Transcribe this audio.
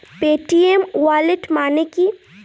Paytm wallet মানে কি?